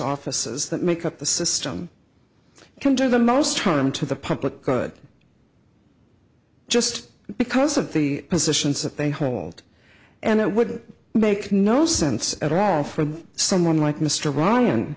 offices that make up the system can do the most harm to the public good just because of the positions that they hold and it would make no sense at all for someone like mr ryan